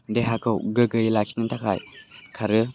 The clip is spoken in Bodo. देहाखौ गोगोयै लाखिनो थाखाय खारो